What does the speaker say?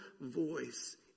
voice